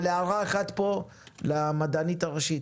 הערה אחת פה למדענית הראשית